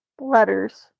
letters